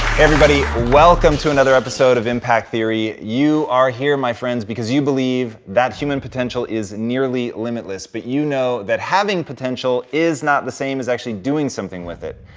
everybody. welcome to another episode of impact theory. you are here, my friends, because you believe that human potential is nearly limitless, but you know that having potential is not the same as actually doing something with it.